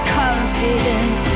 confidence